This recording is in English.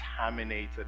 contaminated